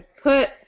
put